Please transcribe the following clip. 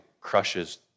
crushes